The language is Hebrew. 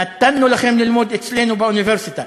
נתנו לכם ללמוד אצלנו באוניברסיטה,